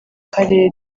karere